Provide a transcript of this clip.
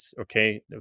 Okay